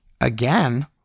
Again